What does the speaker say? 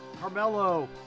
Carmelo